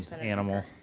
animal